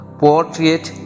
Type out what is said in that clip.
portrait